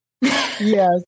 Yes